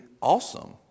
awesome